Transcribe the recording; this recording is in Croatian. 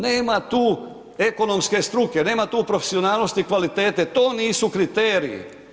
Nema tu ekonomske struke, nema tu profesionalnosti i kvalitete, to nisu kriteriji.